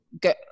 go